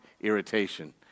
irritation